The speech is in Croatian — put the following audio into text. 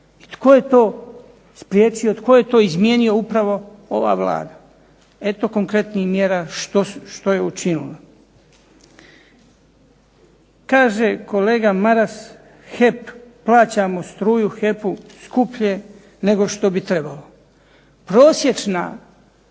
I tko je to spriječio, tko je to izmijenio? Upravo ova Vlada. Eto konkretnih mjera što je učinila. Kaže kolega Maras, plaćamo struju HEP-u skuplje nego što bi trebalo. Prosječna